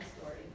story